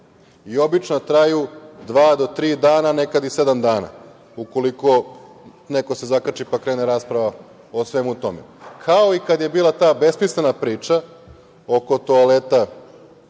i obično traju dva do tri dana, nekad i sedam dana, ukoliko se neko zakači pa krene rasprava o svemu tome. Kao i kad je bila ta besmislena priča oko toaleta